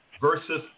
versus